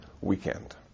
Weekend